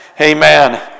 Amen